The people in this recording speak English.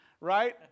right